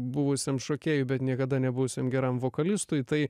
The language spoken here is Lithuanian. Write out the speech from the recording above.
buvusiam šokėjui bet niekada nebuvusiam geram vokalistui tai